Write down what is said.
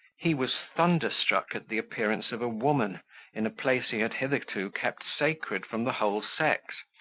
he was thunderstruck at the appearance of a woman in a place he had hitherto kept sacred from the whole sex,